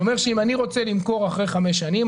אתה אומר שאם אני רוצה למכור אחרי חמש שנים,